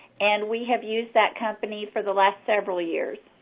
and we have used that company for the last several years.